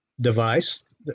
device